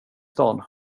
stan